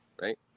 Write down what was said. right